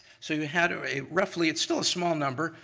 so you had a roughly, it's still a small number,